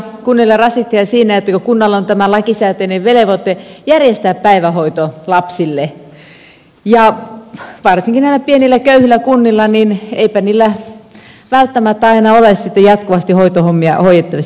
kunnilla on rasitteita siinä että kunnalla on tämä lakisääteinen velvoite järjestää päivähoito lapsille ja varsinkaan näillä pienillä köyhillä kunnilla ei välttämättä aina ole sitten jatkuvasti hoitohommia järjestettävissä